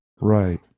right